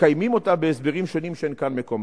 מקיימים אותה בהסברים שונים שאין כאן מקומם.